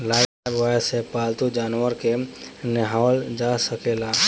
Lifebuoy से पाल्तू जानवर के नेहावल जा सकेला